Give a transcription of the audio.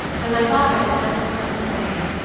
when my father had sent the servants away,